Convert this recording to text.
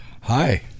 Hi